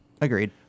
Agreed